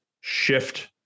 shift